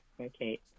Okay